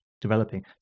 developing